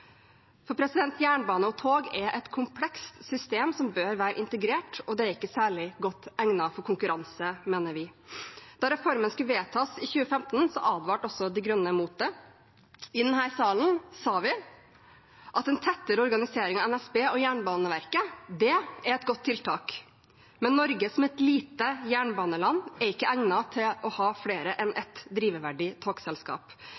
Jernbane og tog er et komplekst system som bør være integrert, og det er ikke særlig godt egnet for konkurranse, mener vi. Da reformen skulle vedtas i 2015, advarte De Grønne mot det. I denne salen sa vi at en tettere organisering av NSB og Jernbaneverket var et godt tiltak. Men Norge som et lite jernbaneland er ikke egnet til å ha flere enn ett drivverdig togselskap.